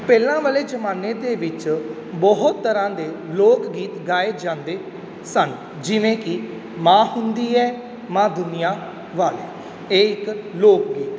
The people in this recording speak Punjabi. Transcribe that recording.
ਪਹਿਲਾਂ ਵਾਲੇ ਜ਼ਮਾਨੇ ਦੇ ਵਿੱਚ ਬਹੁਤ ਤਰ੍ਹਾਂ ਦੇ ਲੋਕ ਗੀਤ ਗਾਏ ਜਾਂਦੇ ਸਨ ਜਿਵੇਂ ਕਿ ਮਾਂ ਹੁੰਦੀ ਹੈ ਮਾਂ ਦੁਨੀਆਂ ਵਾਲੇ ਇਹ ਇੱਕ ਲੋਕ ਗੀਤ ਹੈ